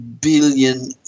billion